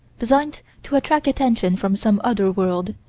designed to attract attention from some other world,